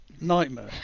nightmare